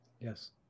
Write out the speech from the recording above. Yes